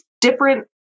different